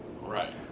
right